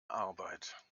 arbeit